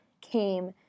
came